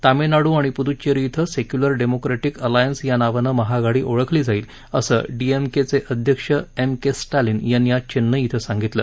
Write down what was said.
तामिळनाडू आणि पुदुच्चेरी क्वें secular democratic alliance या नावानं महाआघाडी ओळखली जाईल असं डीएमके अध्यक्ष एम के स्टॅलिन यांनी आज चेन्नई क्वे सांगितलं